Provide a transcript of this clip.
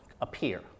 appear